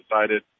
decided